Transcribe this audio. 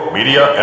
Media